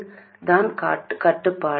பிறகு என்ன நடக்க வேண்டும்